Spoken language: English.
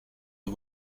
you